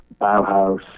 Bauhaus